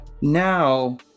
Now